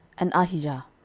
and ahijah.